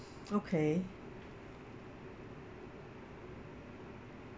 okay